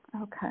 Okay